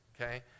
Okay